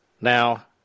Now